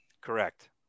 Correct